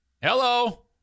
Hello